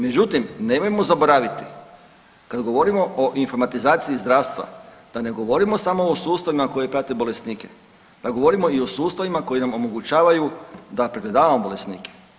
Međutim, nemojmo zaboraviti kada govorimo o informatizaciji zdravstva da ne govorimo samo o sustavima koje prate bolesnike, da govorimo i o sustavima koji nam omogućavaju da prevladavamo bolesnike.